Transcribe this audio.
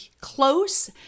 close